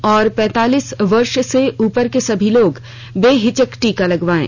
और पैंतालीस वर्ष से उपर के सभी लोग बेहिचक टीका लगवायें